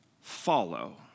follow